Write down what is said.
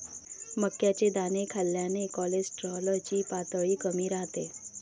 मक्याचे दाणे खाल्ल्याने कोलेस्टेरॉल ची पातळी कमी राहते